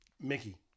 Mickey